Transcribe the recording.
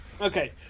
Okay